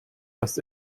das